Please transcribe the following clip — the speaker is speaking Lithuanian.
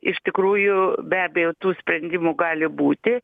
iš tikrųjų be abejo tų sprendimų gali būti